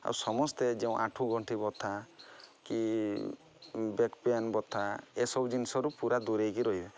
ଆଉ ସମସ୍ତେ ଯେଉଁ ଆଣ୍ଠୁ ଗଣ୍ଠି ବଥା କି ବେକ୍ ପେନ୍ ବଥା ଏସବୁ ଜିନିଷରୁ ପୁରା ଦୂରେଇକି ରହିବେ